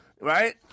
right